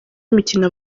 imikino